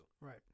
right